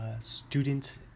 student